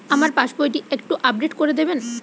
আমার পাসবই টি একটু আপডেট করে দেবেন?